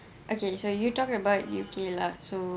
okay so you talking about you okay lah so